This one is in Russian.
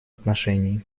отношении